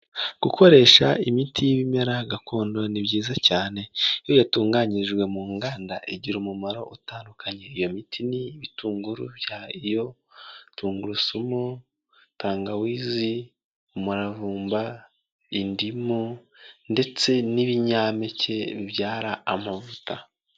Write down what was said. Gukoresha imiti y'ibimera gakondo ni byiza cyane, iyo yatunganyijwe mu nganda, igira umumaro utandukanye, iyo miti ni ibitunguru byayo, tungurusumu, tangawizi, umuravumba, indimu, ndetse n'ibinyampeke bibyara amavuta.